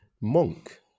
monk